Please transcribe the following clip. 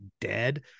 dead